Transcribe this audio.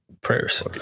Prayers